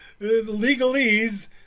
legalese